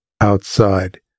outside